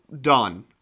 done